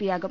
പിയാകും